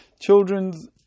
children's